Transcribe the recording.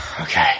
Okay